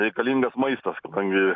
reikalingas maistas kadangi